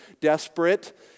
desperate